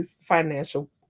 financial